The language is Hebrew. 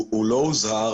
הוא לא הוזהר.